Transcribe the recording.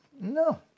No